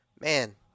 man